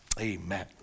amen